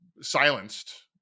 silenced